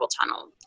tunnel